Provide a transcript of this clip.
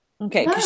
Okay